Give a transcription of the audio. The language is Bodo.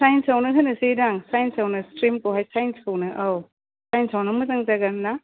साइन्सआवनो होनोसैदां साइन्सआवनो स्ट्रिमखौहाय सायन्सखौनो औ सायन्सआवनो मोजां जागोनना